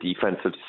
defensive